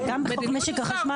מצד שני,